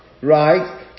Right